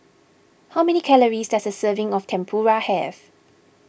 how many calories does a serving of Tempura have